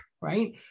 right